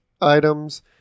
items